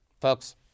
folks